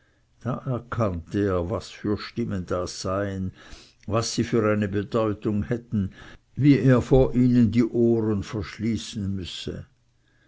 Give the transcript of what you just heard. erkannte er was das für stimmen seien was sie für eine bedeutung hätten und wie er vor ihnen die ohren verschließen müsse